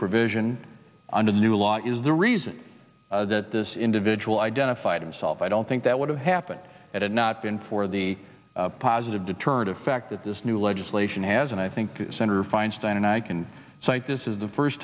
provision under the new law is the reason that this individual identified himself i don't think that would have happened it had not been for the positive deterrent effect that this new legislation has and i think senator feinstein and i can cite this is the first